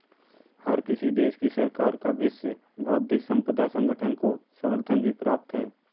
हर किसी देश की सरकार का विश्व बौद्धिक संपदा संगठन को समर्थन भी प्राप्त है